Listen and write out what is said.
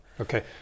Okay